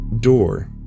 Door